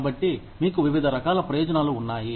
కాబట్టి మీకు వివిధ రకాల ప్రయోజనాలు ఉన్నాయి